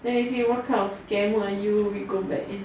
then they say what kind of scammer are you we go back and